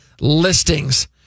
Listings